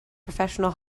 professional